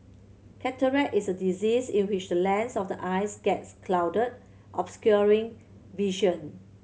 cataract is a disease in which the lens of the eyes gets clouded obscuring vision